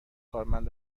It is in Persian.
کارمند